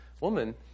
woman